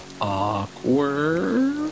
Awkward